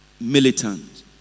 militant